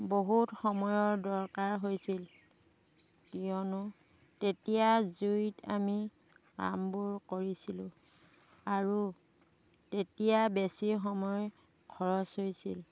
বহুত সময়ৰ দৰকাৰ হৈছিল কিয়নো তেতিয়া জুইত আমি কামবোৰ কৰিছিলোঁ আৰু তেতিয়া বেছি সময় খৰচ হৈছিল